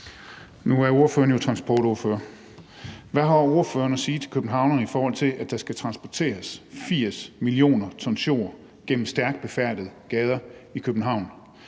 Nu er ordføreren jo transportordfører. Hvad har ordføreren at sige til københavnerne, i forhold til at der skal transporteres 80 mio. t jord gennem stærkt befærdede gader i København?